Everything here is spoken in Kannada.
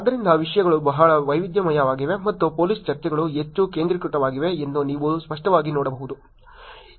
ಆದ್ದರಿಂದ ವಿಷಯಗಳು ಬಹಳ ವೈವಿಧ್ಯಮಯವಾಗಿವೆ ಮತ್ತು ಪೊಲೀಸ್ ಚರ್ಚೆಗಳು ಹೆಚ್ಚು ಕೇಂದ್ರೀಕೃತವಾಗಿವೆ ಎಂದು ನೀವು ಸ್ಪಷ್ಟವಾಗಿ ನೋಡಬಹುದು